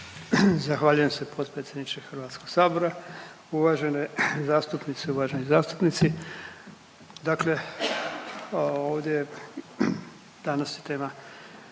Zahvaljujem se potpredsjedniče HS. Uvažene zastupnice i uvaženi zastupnici, dakle ovdje je, danas je tema